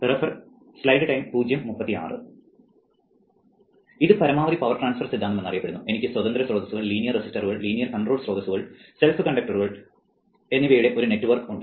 ഇത് പരമാവധി power transfer സിദ്ധാന്തം എന്നറിയപ്പെടുന്നു എനിക്ക് സ്വതന്ത്ര സ്രോതസ്സുകൾ ലീനിയർ റെസിസ്റ്ററുകൾ ലീനിയർ കൺട്രോൾ സ്രോതസ്സുകൾ സെൽഫ് കണ്ടന്റ എന്നിവയുള്ള ഒരു നെറ്റ്വർക്ക് N ഉണ്ട്